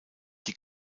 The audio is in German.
die